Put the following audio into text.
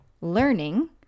learning